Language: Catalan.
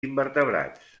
invertebrats